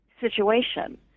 situation